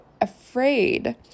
afraid